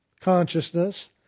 consciousness